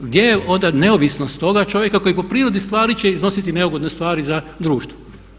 Gdje je onda neovisnost toga čovjeka koji po prirodi stvari će iznositi neugodne stvari za društvo.